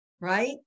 right